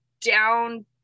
down